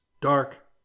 dark